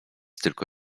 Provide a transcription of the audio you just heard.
tylko